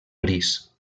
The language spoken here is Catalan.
gris